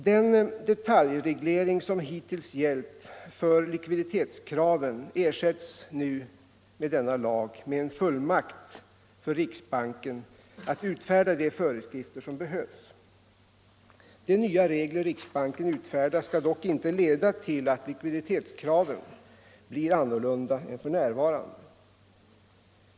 Den detaljreglering som hittills gällt för likviditetskraven ersätts genom denna lag med en fullmakt för riksbanken att utfärda de föreskrifter som behövs. De nya regler riksbanken utfärdar skall dock inte leda till att likviditetskraven blir annorlunda än för närvarande.